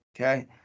okay